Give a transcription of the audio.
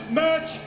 match